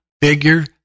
figure